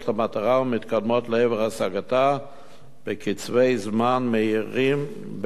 ומתקדמים לעבר השגתה בקצבי זמן מהירים ביותר.